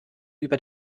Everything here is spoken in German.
über